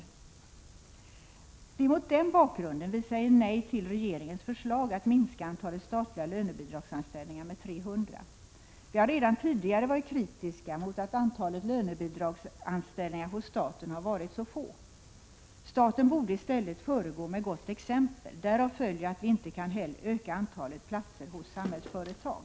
Det är mot den bakgrunden vi säger nej till regeringens förslag att minska antalet statliga lönebidragsanställningar med 300. Vi har redan tidigare varit kritiska mot att antalet lönebidragsanställningar hos staten har varit så få. Staten borde i stället föregå med gott exempel. Därav följer att vi inte kan öka antalet platser hos Samhällsföretag.